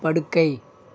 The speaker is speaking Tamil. படுக்கை